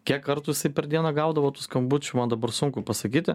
kiek kartų jisai per dieną gaudavo tų skambučių man dabar sunku pasakyti